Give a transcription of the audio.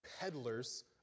peddlers